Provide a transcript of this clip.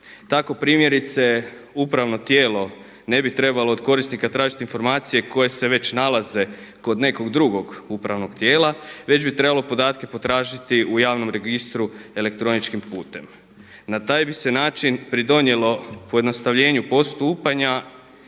Tako primjerice upravno tijelo ne bi trebalo od korisnika tražiti informacije koje se već nalaze kod nekog drugog upravnog tijela već bi trebalo podatke potražiti u javnom registru elektroničkim putem. Na taj bi se način pridonijelo pojednostavljenju postupanja